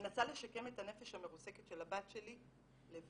מנסה לשקם את הנפש המרוסקת של הבת שלי, לבד.